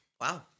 wow